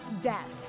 Death